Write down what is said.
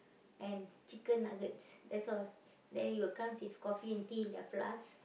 and chicken nuggets that's all then it'll comes with coffee and tea in a flask